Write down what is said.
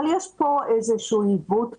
אבל אני כן רוצה לומר שיש פה איזשהו עיוות בסיסי.